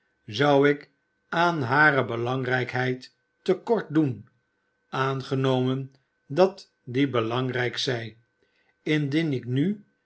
zou ik aan hare belangrijkheid te kort doen aangenomen dat die belangrijk zij indien ik nu